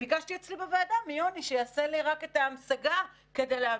ביקשתי אצלי בוועדה מיוני שיעשה לי רק את ההמשגה כדי להבין.